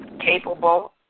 capable